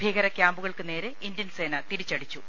ഭീകര ക്യാമ്പുകൾക്കുനേരെ ഇന്ത്യൻ സേന തിരിച്ചടിച്ചു